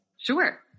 Sure